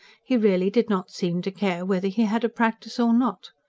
he really did not seem to care whether he had a practice or not.